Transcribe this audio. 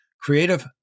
creative